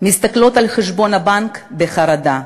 מסתכלות על חשבון הבנק בחרדה.